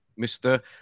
Mr